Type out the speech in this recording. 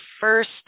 first